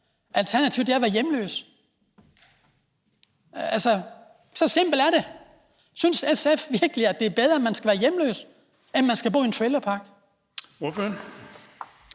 i USA, er at være hjemløse? Altså, så simpelt er det. Synes SF virkelig, det er bedre, at man skal være hjemløs, end at man skal bo i en trailerpark?